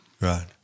Right